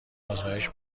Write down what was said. آزمایش